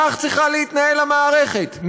כך צריכה להתנהל המערכת,